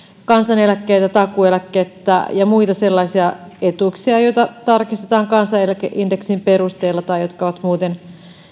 koskee kansaneläkkeitä takuueläkettä ja muita sellaisia etuuksia joita tarkistetaan kansaneläkeindeksin perusteella tai jotka ovat muuten